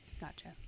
Gotcha